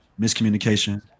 miscommunication